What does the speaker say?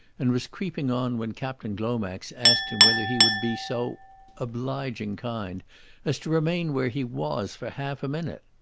and was creeping on when captain glomax asked him whether he would be so obliging kind as to remain where he was for half a minute.